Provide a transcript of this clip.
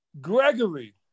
Gregory